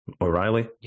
O'Reilly